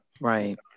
Right